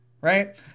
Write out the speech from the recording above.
right